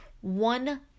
one